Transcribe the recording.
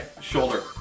shoulder